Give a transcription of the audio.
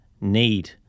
need